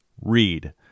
read